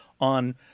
on